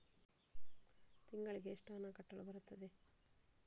ತಿಂಗಳಿಗೆ ಎಷ್ಟು ಹಣ ಕಟ್ಟಲು ಬರುತ್ತದೆ?